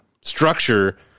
structure